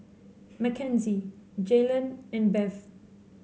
Mackenzie Jaylan and Beth